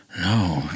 No